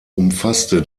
umfasste